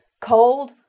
cold